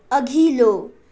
अघिल्लो